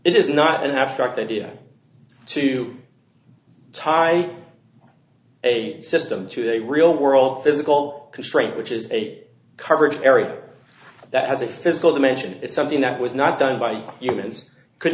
it is not an abstract idea to tie a system to a real world physical constraint which is a coverage area that has a physical dimension it's something that was not done by humans could